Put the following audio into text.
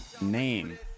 name